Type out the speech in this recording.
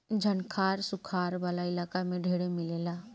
झंखाड़ सुखार वाला इलाका में ढेरे मिलेला